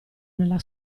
nella